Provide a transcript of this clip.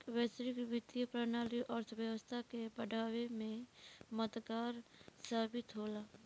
वैश्विक वित्तीय प्रणाली अर्थव्यवस्था के बढ़ावे में मददगार साबित होला